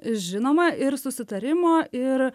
žinoma ir susitarimo ir